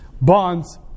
Bonds